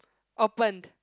opened